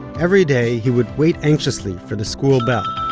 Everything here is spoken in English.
everyday he would wait anxiously for the school bell,